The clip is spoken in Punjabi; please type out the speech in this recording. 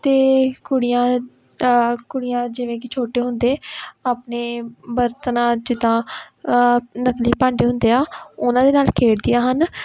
ਅਤੇ ਕੁੜੀਆਂ ਕੁੜੀਆਂ ਜਿਵੇਂ ਕਿ ਛੋਟੇ ਹੁੰਦੇ ਆਪਣੇ ਬਰਤਨਾਂ ਜਿੱਦਾਂ ਨਕਲੀ ਭਾਂਡੇ ਹੁੰਦੇ ਆ ਉਹਨਾਂ ਦੇ ਨਾਲ ਖੇਡਦੀਆਂ ਹਨ